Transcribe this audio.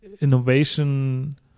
innovation